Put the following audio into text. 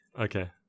Okay